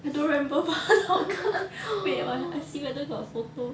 I don't remember but 很好看 wait I see whether got photo